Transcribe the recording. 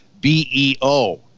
B-E-O